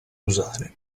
usare